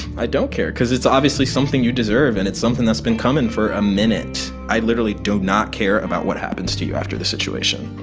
i don't care because it's obviously something you deserve, and it's something that's been coming for a minute. i literally do not care about what happens to you after the situation.